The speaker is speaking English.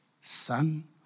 son